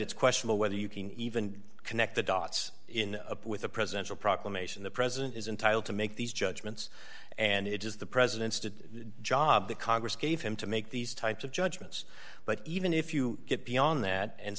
it's questionable whether you can even connect the dots in up with a presidential proclamation the president is entitled to make these judgments and it is the president's did the job the congress gave him to make these types of judgments but even if you get beyond that and